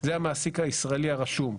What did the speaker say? הוא המעסיק הישראלי הרשום.